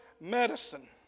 medicine